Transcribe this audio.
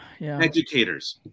Educators